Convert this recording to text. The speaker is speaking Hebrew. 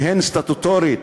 שהן סטטוטורית